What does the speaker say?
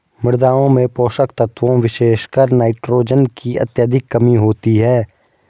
मृदाओं में पोषक तत्वों विशेषकर नाइट्रोजन की अत्यधिक कमी होती है